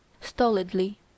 stolidly